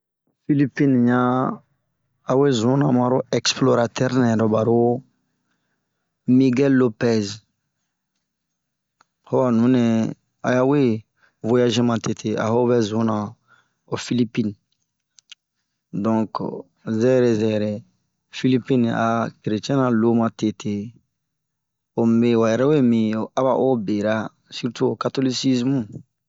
Filipine ɲaan, awe zuna maro ɛksipulɔlatɛre nɛ baro Migɛl Lopɛze, ho a nunɛɛ aya we voyage matete a ho vɛ zuna ho Filipine. Donke zɛrɛ zɛrɛ, filipine a keretiɛn ra lo matete. omi, wa yɛrɛ we mi aba'o bera sirtu ho katolisisimu.